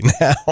now